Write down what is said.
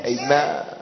Amen